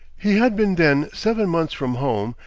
he had been then seven months from home,